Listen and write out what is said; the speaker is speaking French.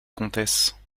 comtesse